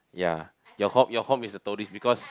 ya your home your home is a tourist because